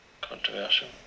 controversial